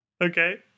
Okay